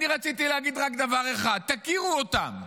אני רציתי להגיד רק דבר אחד: תכירו אותם.